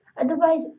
otherwise